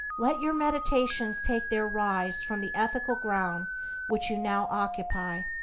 let your meditations take their rise from the ethical ground which you now occupy.